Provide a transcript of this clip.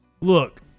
look